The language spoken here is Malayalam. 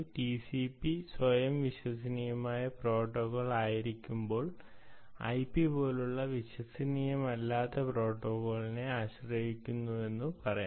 ടിസിപി സ്വയം വിശ്വസനീയമായ പ്രോട്ടോക്കോൾ ആയിരിക്കുമ്പോൾ ഐപി പോലുള്ള വിശ്വസനീയമല്ലാത്ത പ്രോട്ടോക്കോളിനെ ആശ്രയിക്കുന്നുവെന്ന് പറയാം